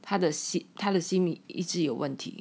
他的心里一直有问题